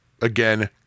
Again